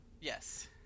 Yes